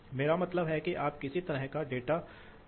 इसलिए लोड Loadआमतौर पर इस तरह के समीकरण का अनुसरण करता है